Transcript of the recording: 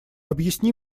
объясни